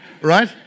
Right